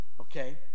okay